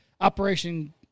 Operation